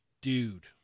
dude